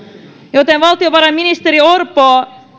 valtiovarainministeri orpo